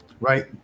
right